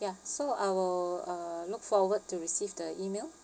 ya so I will uh look forward to receive the email